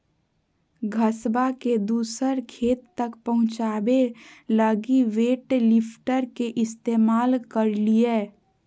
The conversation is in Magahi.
घसबा के दूसर खेत तक पहुंचाबे लगी वेट लिफ्टर के इस्तेमाल करलियै